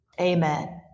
amen